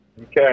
okay